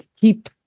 keep